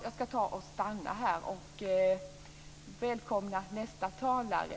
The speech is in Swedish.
Jag stannar där och välkomnar nästa talare.